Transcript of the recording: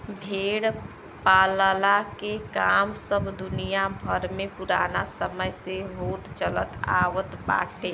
भेड़ पालला के काम सब दुनिया भर में पुराना समय से होत चलत आवत बाटे